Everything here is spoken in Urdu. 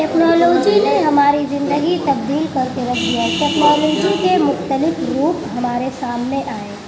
ٹیکنالوجی نے ہماری زندگی تبدیل کر کے رکھ دی ہے ٹیکنالوجی کے مختلف گروپ ہمارے سامنے آئے